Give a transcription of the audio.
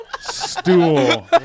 stool